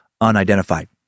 unidentified